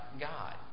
God